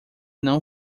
não